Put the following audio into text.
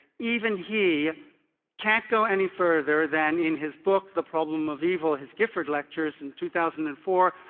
even he can't go any further than in his book the problem of evil, his gifford lectures in two thousand and four,